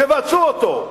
תבצעו אותו.